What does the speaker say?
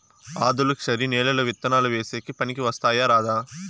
ఆధులుక్షరి నేలలు విత్తనాలు వేసేకి పనికి వస్తాయా రాదా?